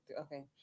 okay